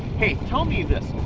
hey, tell me this.